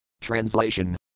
Translation